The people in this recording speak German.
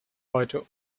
heute